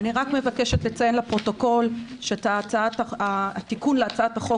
מבקשת לציין לפרוטוקול שהתיקון להצעת החוק